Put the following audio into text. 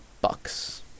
bucks